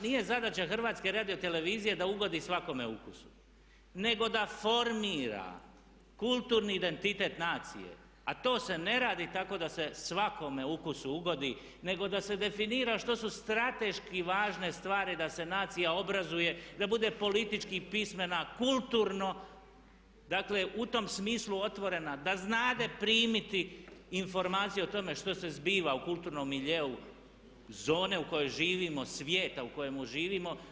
Nije zadaća HRT-a da ugodi svakome ukusu nego da formira kulturni identitet nacije a to se ne radi tako da se svakome ukusu ugodi nego da se definira što su strateški važne stvari da se nacija obrazuje, da bude politički pismena, kulturno, dakle u tom smislu otvorena, da znade primiti informaciju o tome što se zbiva u kulturnom miljeu, zone u kojoj živimo, svijeta u kojem živimo.